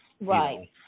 Right